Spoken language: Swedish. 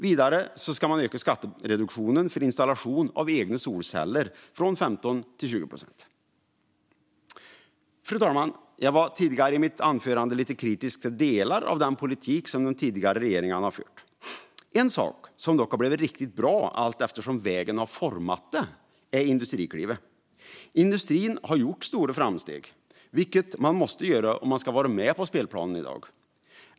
Vidare ska man öka skattereduktionen för installation av egna solceller från 15 till 20 procent. Fru talman! Jag var tidigare i mitt anförande kritisk till delar av den politik som de tidigare regeringarna har fört. Något som dock har blivit riktigt bra allteftersom vägen har format det är Industriklivet. Industrin har gjort stora framsteg, vilket man måste göra om man ska vara med på spelplanen i dag.